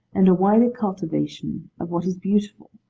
and a wider cultivation of what is beautiful,